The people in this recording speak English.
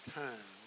time